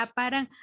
parang